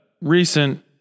recent